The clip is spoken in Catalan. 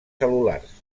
cel·lulars